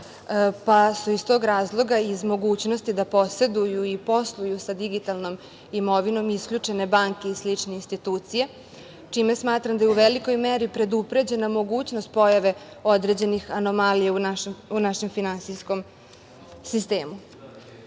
pa su iz tog razloga iz mogućnosti da poseduju i posluju sa digitalnom imovinom isključene banke i slične institucije, čime smatram da je u velikoj meri predupređena mogućnost pojave određenih anomalija u našem finansijskom sistemu. Druga